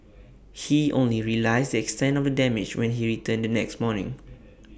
he only realised the extent of the damage when he returned the next morning